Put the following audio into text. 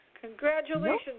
Congratulations